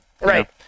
Right